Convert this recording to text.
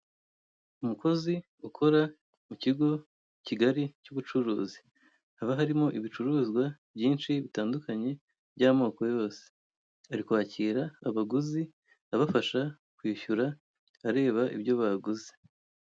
Umukozi ukora mu kigo kigari cy'ubucuruzi, haba harimo ibicuruzwa byinshi bitandukanye by'amoko yose, ari kwakira abaguzi abafasha kwishyura, areba ibyo baguze.